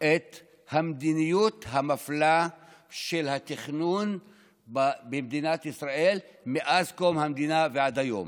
את המדיניות המפלה של התכנון במדינת ישראל מאז קום המדינה ועד היום.